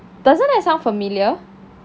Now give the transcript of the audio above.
doesn't that sound familiar